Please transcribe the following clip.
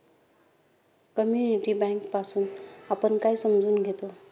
Community bank पासुन आपण काय समजून घेतो?